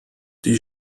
die